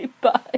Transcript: bye